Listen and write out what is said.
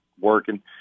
working